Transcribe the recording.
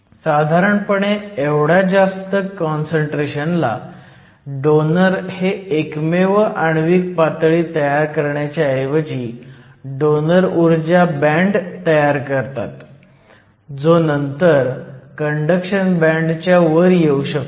साधारणपणे एवढ्या जास्त काँसंट्रेशन ला डोनर हे एकमेव आण्विक पातळी तयार करण्याच्या ऐवजी डोनर ऊर्जा बँड तयार करतात जो नंतर कंडक्शन बँडच्या वर येऊ शकतो